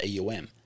AUM